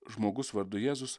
žmogus vardu jėzus